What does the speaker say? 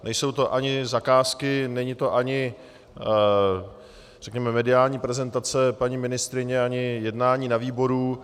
Nejsou to ani zakázky, není to ani řekněme mediální prezentace paní ministryně, ani jednání na výboru.